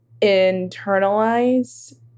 internalize